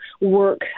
work